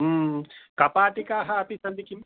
कपाटिकाः अपि सन्ति किम्